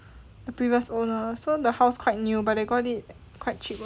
the previous owner so the house quite new but they got it quite cheap also